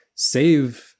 save